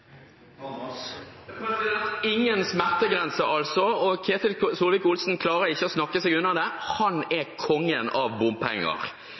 det. Ingen smertegrense, altså. Ketil Solvik-Olsen klarer ikke å snakke seg unna det: Han er kongen av